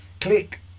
click